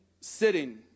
sitting